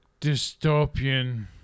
dystopian